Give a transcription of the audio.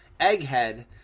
Egghead